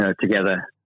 together